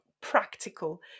practical